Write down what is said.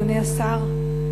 אדוני השר,